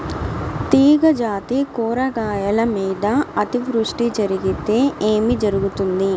తీగజాతి కూరగాయల మీద అతివృష్టి జరిగితే ఏమి జరుగుతుంది?